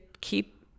keep